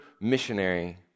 missionary